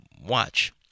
watch